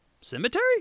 cemetery